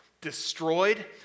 destroyed